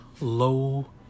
low